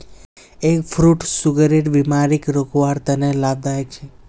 egg fruit सुगरेर बिमारीक रोकवार तने लाभदायक छे